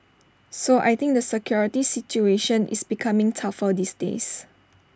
so I think the security situation is becoming tougher these days